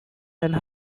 and